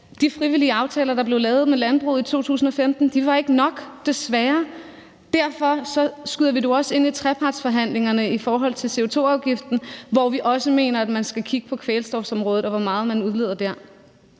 de frivillige aftaler, der blev lavet med landbruget i 2015, ikke var nok, desværre. Derfor skyder vi det jo også ind i trepartsforhandlingerne i forhold til CO2-afgiften, hvor vi også mener man skal kigge på kvælstofområdet, og hvor meget man udleder der.